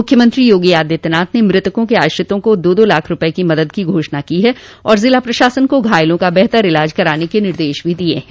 मुख्यमंत्री योगी आदित्यनाथ ने मृतकों के आश्रितों को दो दो लाख रूपये की मदद की घोषणा की है और जिला प्रशासन को घायलों का बेहतर इलाज कराने के निर्देश दिये हैं